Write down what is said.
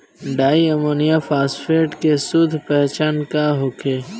Di ammonium phosphate के शुद्ध पहचान का होखे?